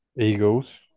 Eagles